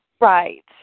Right